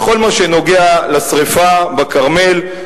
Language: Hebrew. בכל מה שנוגע לשרפה בכרמל,